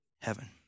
heaven